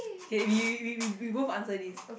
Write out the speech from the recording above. okay we we we we we both answer this